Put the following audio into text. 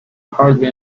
hardly